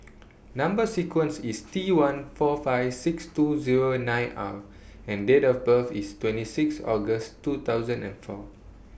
Number sequence IS T one four five six two Zero nine R and Date of birth IS twenty six August two thousand and four